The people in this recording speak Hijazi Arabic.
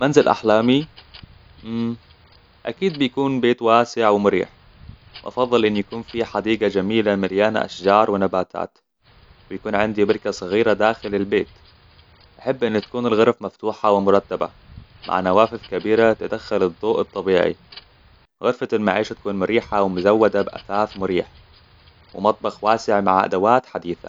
منزل أحلامي أكيد بيكون بيت واسع ومريح وأفضل إن يكون في حديقة جميلة مليانة أشجار ونباتات ويكون عندي بركة صغيرة داخل البيت أحب إن تكون الغرف مفتوحة ومرتبة مع نوافذ كبيرة تدخل الضوء الطبيعي غرفة المعيش تكون مريحة ومزودة بأثاث مريح ومطبخ واسع مع أدوات حديثة